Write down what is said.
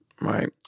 right